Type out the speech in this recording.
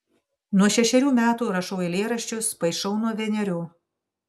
nuo šešerių metų rašau eilėraščius paišau nuo vienerių